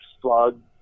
slug